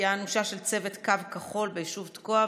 פגיעה אנושה של צוות קו כחול ביישוב תקוע,